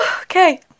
Okay